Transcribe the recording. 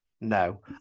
no